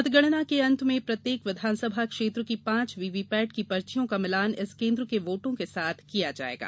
मतगणना के अंत में प्रत्येक विधानसभा क्षेत्र की पांच वीवीपैट की पर्चियों का मिलान उस केन्द्र के वोटों के साथ किया जाएगा